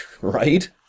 Right